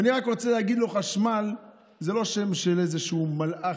ואני רק רוצה להגיד לו: חשמל זה לא שם של איזשהו מלאך,